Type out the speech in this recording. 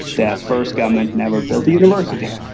the first government never built a university,